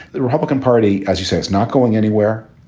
the republican party, as you say, is not going anywhere.